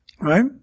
Right